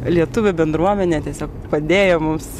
lietuvių bendruomenė tiesiog padėjo mums